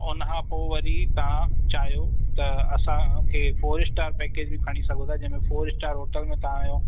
उनखां पोइ वरी तव्हां चाहियो त असांखे फोर स्टार पैकेज़ बि खणी सघो था फोर स्टार होटल में तव्हांजो